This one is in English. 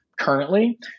currently